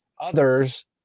others